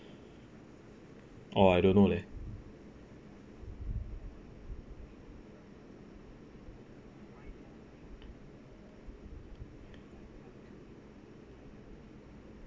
orh I don't know leh